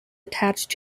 attached